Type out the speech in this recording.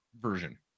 Version